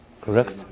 Correct